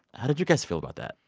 how did you guys feel about that?